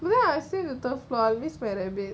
you know I stay in the third floor I miss my rabbits